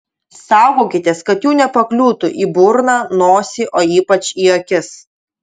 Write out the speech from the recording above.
saugokitės kad jų nepakliūtų į burną nosį o ypač į akis